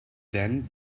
then